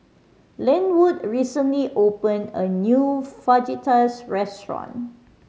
Lenwood recently opened a new Fajitas restaurant